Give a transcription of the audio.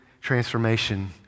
transformation